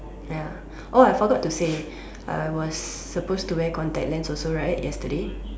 ya oh I forgot to say I was suppose to wear contact lens also right yesterday